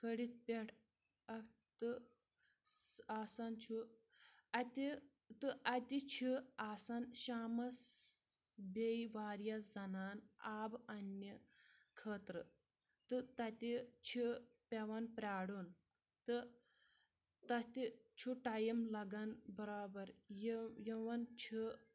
کھٲلِتھ پٮ۪ٹھ اَتھ تہٕ آسان چھُ اَتہِ تہٕ اَتہِ چھِ آسان شامَس بیٚیہِ واریاہ زَنان آب اَننہِ خٲطرٕ تہٕ تَتہِ چھِ پٮ۪وان پیارُن تہٕ تَتہِ چھُ ٹایم لَگَان برابر یِم یِوان چھِ